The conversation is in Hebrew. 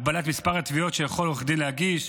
הגבלת מספר התביעות שיכול עורך דין להגיש,